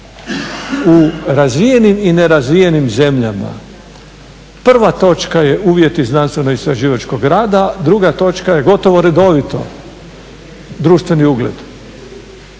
u razvijenim i nerazvijenim zemljama prva točka je uvjeti znanstveno-istraživačkog rada a druga točka je, gotovo redovito, društveni ugled.